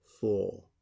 four